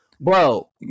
Bro